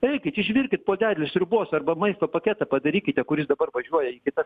eikit išvirkit puodelį sriubos arba maisto paketą padarykite kuris dabar važiuoja į kitas